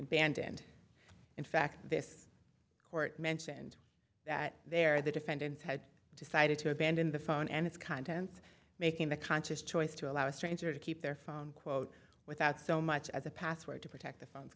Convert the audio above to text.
and in fact this court mentioned that there the defendants had decided to abandon the phone and its contents making the conscious choice to allow a stranger to keep their phone quote without so much as a password to protect the phone